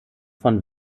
von